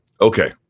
okay